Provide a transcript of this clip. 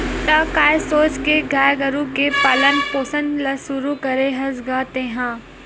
त काय सोच के गाय गरु के पालन पोसन ल शुरू करे हस गा तेंहा?